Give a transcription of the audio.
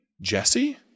Jesse